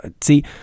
See